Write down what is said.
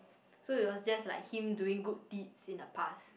so it was just like him doing good deeds in the past